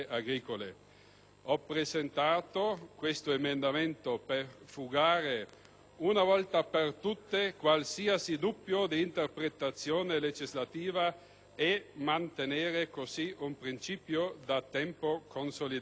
Ho presentato questo emendamento per fugare, una volta per tutte, qualsiasi dubbio di interpretazione legislativa e mantenere così un principio da tempo consolidato.